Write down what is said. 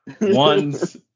One's